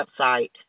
website